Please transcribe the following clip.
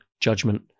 judgment